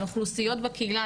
על אוכלוסיות בקהילה,